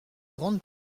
grande